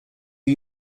are